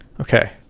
Okay